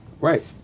right